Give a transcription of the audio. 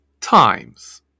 times